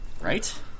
right